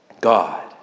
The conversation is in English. God